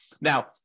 Now